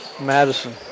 Madison